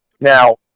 Now